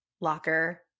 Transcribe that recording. locker